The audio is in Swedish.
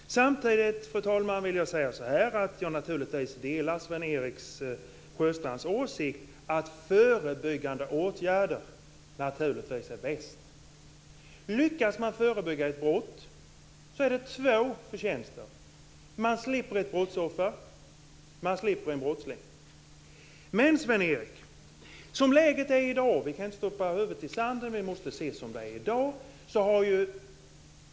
Fru talman! Först får jag rätta till ett uttalande. En uppmärksam kollega här sade att jag tidigare råkade säga Hässleholm i stället för Ängelholm. Vi vet att det i dessa nedläggningstider har lagts ned både i Hässleholm och i Ängelholm, men det var alltså Ängelholm jag menade. Samtidigt, fru talman, vill jag säga att jag naturligtvis delar Sven-Erik Sjöstrands åsikt att förebyggande åtgärder är bäst. Lyckas man förebygga ett brott gör man två förtjänster. Man slipper ett brottsoffer, och man slipper en brottsling. Men vi kan inte stoppa huvudet i sanden utan måste se läget som det är i dag, Sven-Erik.